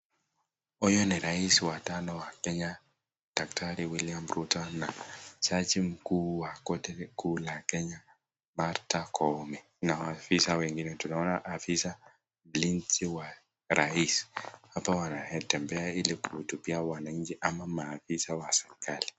Huyu ni rais wa tano wa Kenya daktari William ruto na jaji mkuu wa koti kuu la Kenya Martha koome na waafisa wengine, tunaona ofisa mlinzi wa rais hapa wanatembea hili kuhutubia wananchi ama maafisa wa serekali.